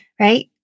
right